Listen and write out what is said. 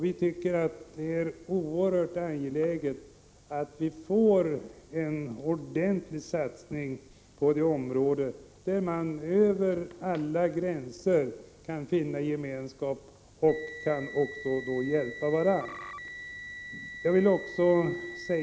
Vi tycker att det är oerhört angeläget att få en ordentlig satsning på det området, där vi över alla gränser kan finna gemenskap och då också kan hjälpa varandra.